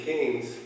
Kings